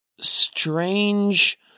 strange